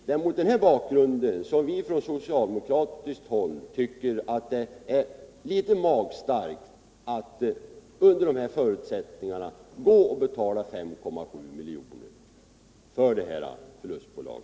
Det är mot denna bakgrund som vi från socialdemokra tiskt håll tycker att det är litet magstarkt att betala 5,7 miljoner för detta förlustbolag.